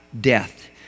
Death